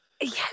Yes